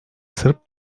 sırp